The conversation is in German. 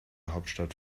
hauptstadt